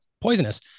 poisonous